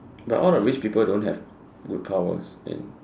but all the rich people don't have good powers in